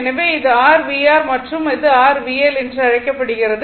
எனவே இது r VR மற்றும் இது r VL என்று அழைக்கப்படுகிறது